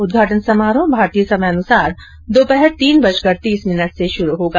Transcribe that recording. उद्घाटन समारोह भारतीय समयानुसार दोपहर तीन बजकर तीस मिनट से शुरू होगा